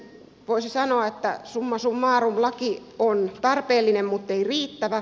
voisi sanoa että summa summarum laki on tarpeellinen mutta ei riittävä